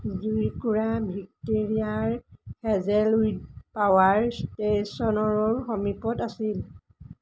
জুইকুৰা ভিক্টোৰিয়াৰ Hazelwood power ষ্টেচনৰ সমীপত আছিল